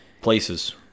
Places